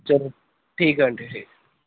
ਚਲੋ ਠੀਕ ਆ ਆਂਟੀ ਠੀਕ